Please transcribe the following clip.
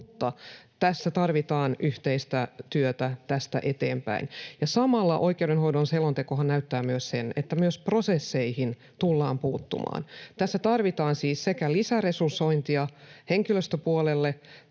tässä tarvitaan yhteistä työtä tästä eteenpäin. Samalla oikeudenhoidon selontekohan näyttää myös sen, että prosesseihin tullaan puuttumaan. Tässä tarvitaan siis lisäresursointia henkilöstöpuolelle,